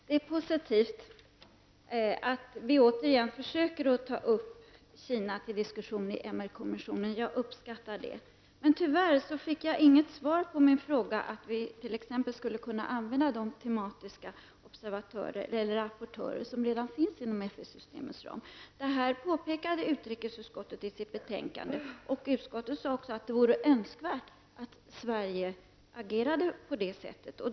Herr talman! Det är positivt att vi återigen försöker ta upp Kina till diskussion i kommissionen för de mänskliga rättigheterna. Jag uppskattar det. Tyvärr fick jag emellertid inget svar på min fråga om huruvida vi skulle kunna använda de tematiska rapportörer som redan finns inom FN-systemets ram. Detta påpekade utrikesutskottet i sitt betänkande, och utskottet sade också att det vore önskvärt att Sverige agerade på det sättet.